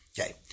Okay